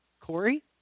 Corey